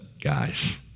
guys